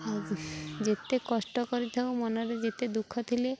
ଆଉ ଯେତେ କଷ୍ଟ କରିଥାଉ ମନରେ ଯେତେ ଦୁଃଖ ଥିଲେ